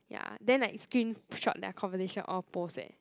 ya then like screenshot their conversation all post eh